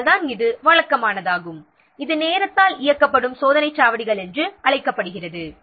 அதனால்தான் இது வழக்கமானதாகும் இது நேரத்தால் இயக்கப்படும் சோதனைச் சாவடிகள் என்று அழைக்கப்படுகிறது